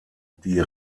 die